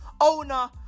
owner